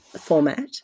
format